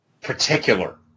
particular